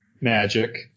magic